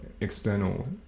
external